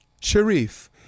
Sharif